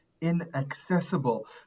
inaccessible